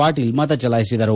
Patil ಮತಚಲಾಯಿಸಿದರು